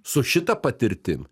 su šita patirtim